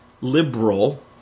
liberal